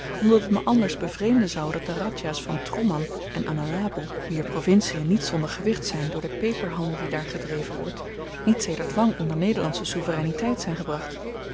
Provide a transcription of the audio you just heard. omdat het me anders bevreemden zou dat de radjahs van troeman en analaboe wier provincien niet zonder gewicht zyn door den peperhandel die daar gedreven wordt niet sedert lang onder nederlandsche souvereiniteit zyn gebracht